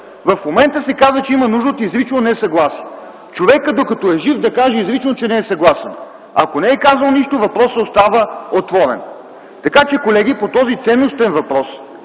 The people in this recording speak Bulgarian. В момента се казва, че има нужда от изрично несъгласие – човекът, докато е жив, да каже изрично, че не е съгласен. Ако не е казал нищо, въпросът остава отворен. Така че, колеги, по този ценностен въпрос,